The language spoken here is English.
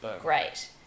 Great